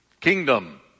Kingdom